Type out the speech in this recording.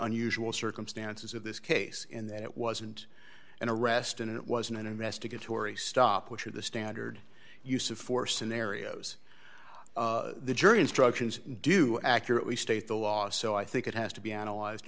unusual circumstances of this case in that it wasn't an arrest and it wasn't an investigatory stop which are the standard use of force scenarios the jury instructions do accurately state the law so i think it has to be analyzed